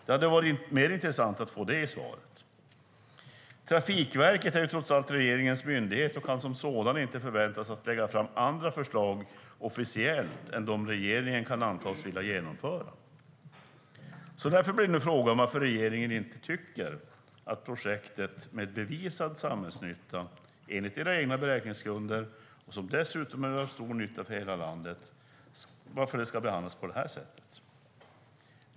Det hade varit mer intressant att få det svaret. Trafikverket är trots allt regeringens myndighet och kan som sådan inte förväntas lägga fram andra förslag officiellt än dem som regeringen kan antas vilja genomföra. Därför undrar jag varför regeringen behandlar ett projekt med bevisad samhällsnytta enligt regeringens egna beräkningsgrunder, som dessutom gör stor nytta för hela landet, på det sättet.